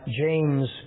James